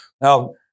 Now